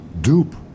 dupe